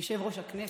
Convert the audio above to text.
יושב-ראש הכנסת,